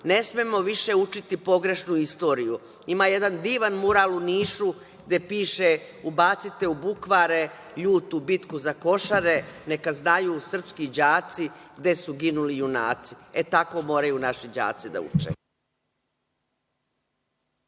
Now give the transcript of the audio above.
ne smemo više učiniti pogrešnu istoriju. Ima jedan divan mural u Nišu gde piše „Ubacite u bukvare ljutu bitku za Košare, neka znaju srpski đaci gde su ginuli junaci.“ E tako moraju naši đaci da uče.